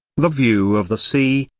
the view of the sea,